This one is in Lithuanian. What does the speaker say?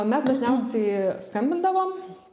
mes dažniausiai skambindavom